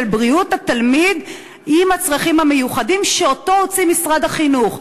בריאות התלמיד עם הצרכים המיוחדים שהוציא משרד החינוך.